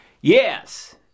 Yes